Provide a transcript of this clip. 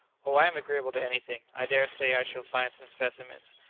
oh, i am agreeable to anything. i dare say i shall find some specimens.